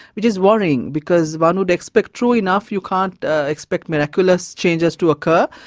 which is worrying because one would expect, true enough, you can't ah expect miraculous changes to occur,